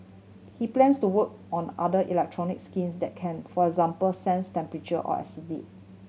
he plans to work on other electronic skins that can for example sense temperature or acidity